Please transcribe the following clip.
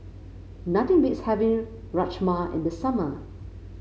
nothing beats having Rajma in the summer